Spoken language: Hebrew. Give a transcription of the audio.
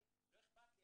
לא אכפת לי,